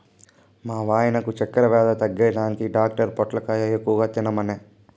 మా వాయినకు చక్కెర వ్యాధి తగ్గేదానికి డాక్టర్ పొట్లకాయ ఎక్కువ తినమనె